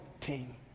team